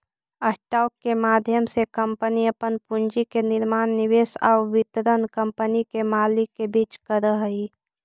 stock के माध्यम से कंपनी अपन पूंजी के निर्माण निवेश आउ वितरण कंपनी के मालिक के बीच करऽ हइ